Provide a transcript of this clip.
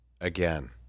Again